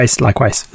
Likewise